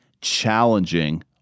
challenging